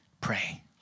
pray